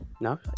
No